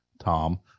Tom